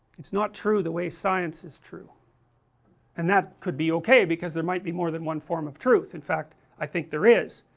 it is not true the way that science is true and that could be ok because there might be more than one form of truth, in fact, i think there is